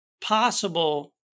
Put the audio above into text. possible